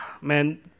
Man